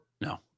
No